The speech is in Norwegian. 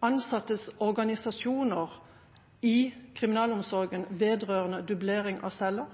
ansattes organisasjoner i kriminalomsorgen vedrørende dublering av celler.